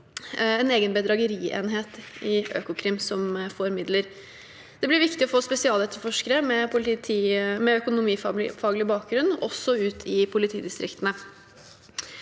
en egen bedragerienhet i Økokrim som får midler. Det blir viktig å få spesialetterforskere med økonomifaglig bakgrunn også ut i politidistriktene.